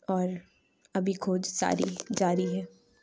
اور ابھی کھوج ساری جاری ہے